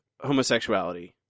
homosexuality